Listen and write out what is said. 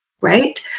right